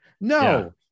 No